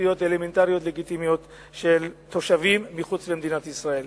כזכויות אלמנטריות לגיטימיות של תושבים מחוץ למדינת ישראל.